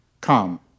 Come